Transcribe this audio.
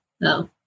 No